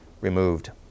removed